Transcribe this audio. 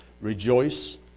rejoice